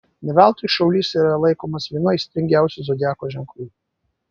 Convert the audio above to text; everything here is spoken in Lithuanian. ne veltui šaulys yra laikomas vienu aistringiausių zodiako ženklų